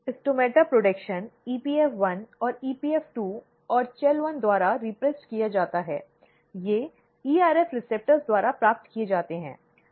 stomata उत्पादन EPF1 और EPF2 और CHAL1 द्वारा दमित किया जाता है ये ERF रिसेप्टर्स द्वारा प्राप्त किए जाते हैं